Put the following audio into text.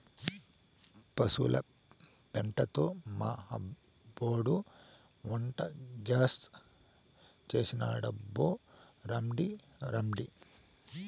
పశుల పెండతో మా అబ్బోడు వంటగ్యాస్ చేసినాడబ్బో రాండి రాండి